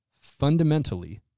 fundamentally